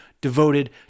devoted